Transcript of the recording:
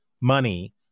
money